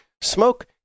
smoke